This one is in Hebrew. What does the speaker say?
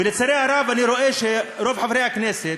ולצערי הרב, אני רואה שרוב חברי הכנסת,